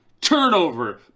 turnover